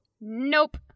Nope